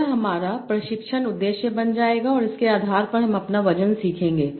यह हमारा प्रशिक्षण उद्देश्य बन जाएगा और इसके आधार पर हम अपना वजन सीखेंगे